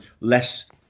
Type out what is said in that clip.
less